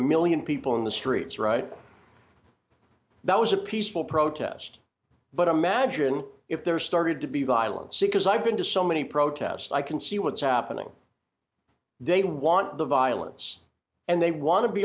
a million people in the streets right now as a peaceful protest but imagine if there started to be violence because i've been to so many protests i can see what's happening they want the violence and they want to be